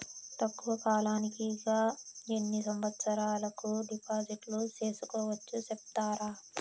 తక్కువ కాలానికి గా ఎన్ని సంవత్సరాల కు డిపాజిట్లు సేసుకోవచ్చు సెప్తారా